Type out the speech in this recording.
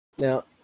Now